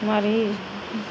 मारै